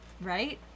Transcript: right